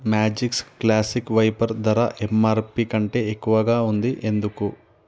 magics classic wiper ధర MRP కంటే ఎక్కువగా ఉంది ఎందుకు